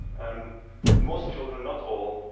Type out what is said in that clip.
um most children, not all,